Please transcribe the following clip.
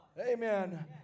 Amen